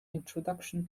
introduction